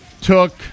took